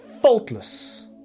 Faultless